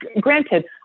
granted